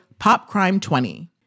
POPCRIME20